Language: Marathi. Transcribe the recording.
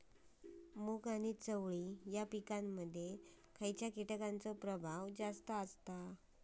मूग आणि चवळी या पिकांमध्ये खैयच्या कीटकांचो प्रभाव जास्त असता?